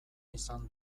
izan